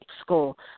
school